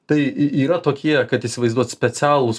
tai yra tokie kad įsivaizduot specialūs